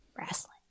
Wrestling